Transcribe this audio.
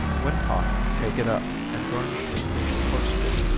when hot, take it up, and garnish it with parsely.